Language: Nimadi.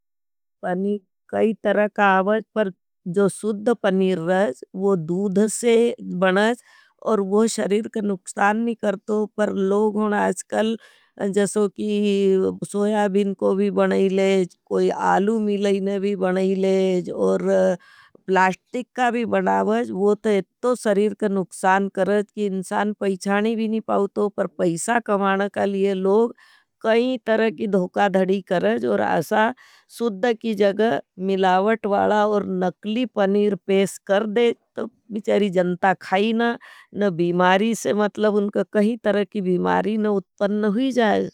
पनीर कई तरह का आवज पर जो सुध पनीर रज वो दूध से बनज और वो शरीर का नुखसान नहीं। करतो पर लोग होन आजकल जसो की सोया बिन को भी बनाईलेज। कोई आलू मिलाईन भी बनाईलेज और प्लास्टिक का भी बनाईलेज वो ते इत्तो शरीर का नुखसान करते हैं। कि इंसान पैछानी भी नहीं पाओतो पर पैछा कमाना का लिए लोग कई तरह की धुखा धड़ी करते हैं। सुद्ध की जग मिलावट वाला और नकली पनीर पेस कर दे। तो बिचरी जनता खाई ना बीमारी से मतलब उनका कही तरह की बीमारी न उत्पन हुई जाये।